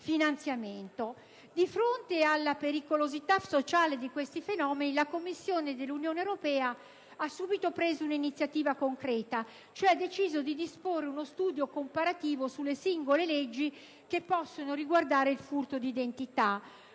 Di fronte alla pericolosità sociale di questi fenomeni la Commissione europea ha subito preso un'iniziativa concreta, decidendo di disporre uno studio comparativo sulle singole leggi che possono riguardare il furto di identità.